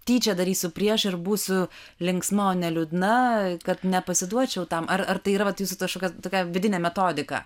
tyčia darysiu prieš ir būsiu linksma o ne liūdna kad nepasiduočiau tam ar ar tai yra vat jūsų ta kažkokia vidinė metodika